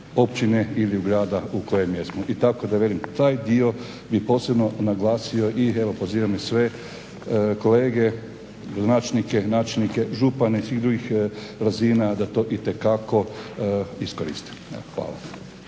općine ili grada u kojem jesmo. I tako da velim taj dio bi posebno naglasio i evo pozivam i sve kolege gradonačelnike, načelnike, župane i svih drugih razina da to itekako iskoriste. Evo,